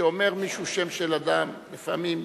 כשאומר מישהו שם של אדם לפעמים קשה,